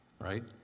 right